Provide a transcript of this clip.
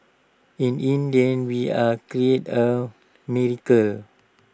in India we are cleared A miracle